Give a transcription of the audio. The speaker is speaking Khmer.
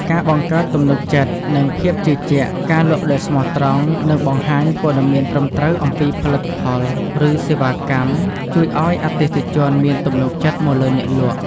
ការបង្កើតទំនុកចិត្ត និងភាពជឿជាក់ ការលក់ដោយស្មោះត្រង់ និងបង្ហាញព័ត៌មានត្រឹមត្រូវអំពីផលិតផល ឬសេវាកម្ម ជួយឲ្យអតិថិជនមានទំនុកចិត្តមកលើអ្នកលក់។